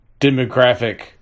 demographic